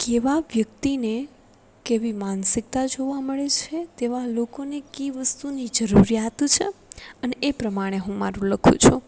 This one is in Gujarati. કેવા વ્યક્તિને કેવી માનસિકતા જોવા મળે છે તેવા લોકોને કે વસ્તુની જરૂરિયાત છે અને એ પ્રમાણે હું મારું લખું છું